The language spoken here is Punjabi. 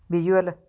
ਵਿਜ਼ੂਅਲ